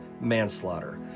manslaughter